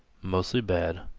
mostly bad.